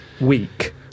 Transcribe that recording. week